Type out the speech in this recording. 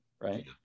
Right